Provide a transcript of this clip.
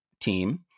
team